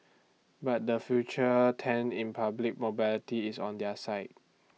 but the future tend in private mobility is on their side